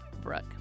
Brooke